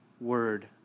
word